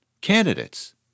candidates